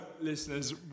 listeners